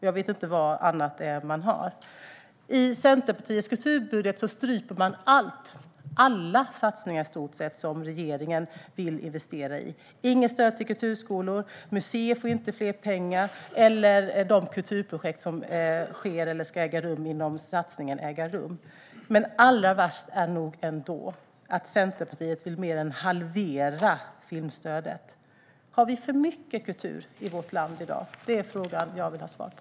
Jag vet inte vad annat man har. I Centerpartiets kulturbudget stryper man i stort sett alla satsningar som regeringen vill investera i. Det finns inget stöd till kulturskolor, museer får inte mer pengar och satsningar på kulturprojekt ska inte äga rum. Men allra värst är nog ändå att Centerpartiet vill mer än halvera filmstödet. Har vi för mycket kultur i vårt land i dag? Den frågan vill jag ha svar på?